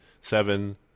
seven